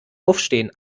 aufstehen